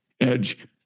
edge